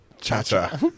Cha-Cha